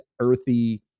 earthy